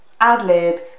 ad-lib